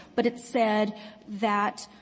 but it said that